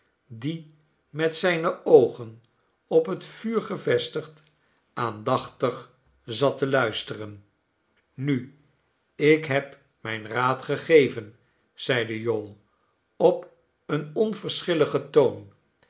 die met zijne oogen op het vuur gevestigd aandachtig zat te luisteren nu ik heb mijn raad gegeven zeide jowl op een onverschilligen toon